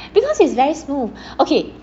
because it's very smooth okay